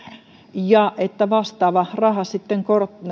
ja vastaava raha sitten